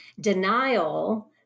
denial